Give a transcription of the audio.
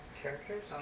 Characters